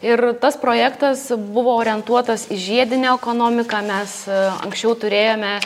ir tas projektas buvo orientuotas į žiedinę ekonomiką mes anksčiau turėjome